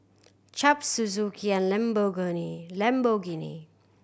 Chaps Suzuki and Lamborghini